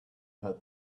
had